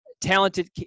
talented